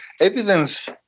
evidence